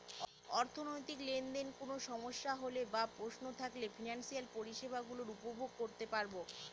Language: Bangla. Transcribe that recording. অর্থনৈতিক লেনদেনে কোন সমস্যা হলে বা প্রশ্ন থাকলে ফিনান্সিয়াল পরিষেবা গুলো উপভোগ করতে পারবো